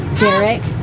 derek,